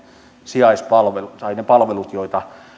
sijaispalvelut tai ne palvelut joita